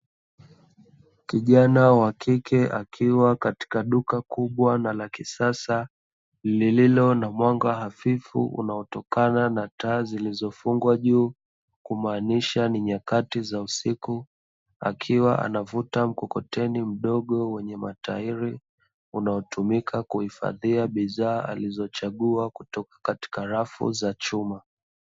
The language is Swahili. Kijana wa kike akiwa katika duka kubwa na la kisasa lililo na mwanga hafifu unaotokana na taa zilizofungwa juu kumaanisha ni nyakati za usiku, akiwa anavuta mkokoteni mdogo wenye matairi unaotumika kuhifadhia bidhaa alizochagua kutoka katika rafu za chuma.